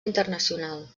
internacional